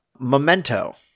memento